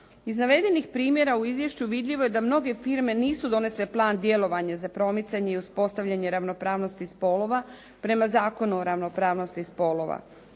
Iz navedenih primjera u izvješću vidljivo je da mnoge firme nisu donesle plan djelovanja za promicanje i uspostavljanje ravnopravnosti spolova prema Zakonu o ravnopravnosti spolova.